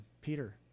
Peter